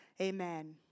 Amen